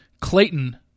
Clayton